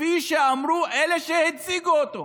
כפי שאמרו אלה שהציגו אותו.